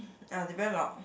ya they very loud